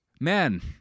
man